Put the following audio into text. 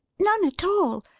none at all.